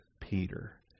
Peter